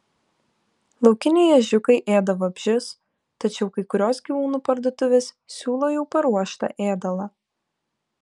laukiniai ežiukai ėda vabzdžius tačiau kai kurios gyvūnų parduotuvės siūlo jau paruoštą ėdalą